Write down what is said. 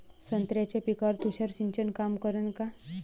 संत्र्याच्या पिकावर तुषार सिंचन काम करन का?